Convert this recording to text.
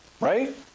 right